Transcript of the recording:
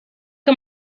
que